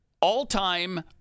all-time